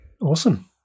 Awesome